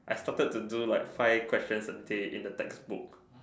I started to do like five questions a day in the textbook